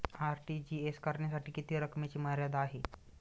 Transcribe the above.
RTGS करण्यासाठी किती रकमेची मर्यादा आहे?